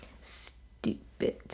stupid